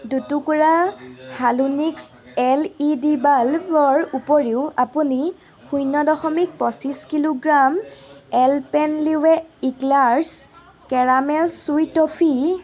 দুটুকুৰা Halonix L E D বাল্বৰ উপৰিও আপুনি শূন্য দশমিক পঁচিছ kilogram Alpenliebe Eclairs caramel sweet toffee